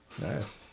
Nice